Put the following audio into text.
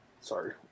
sorry